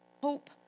hope